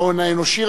ההון האנושי,